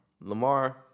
Lamar